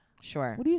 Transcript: Sure